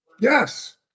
Yes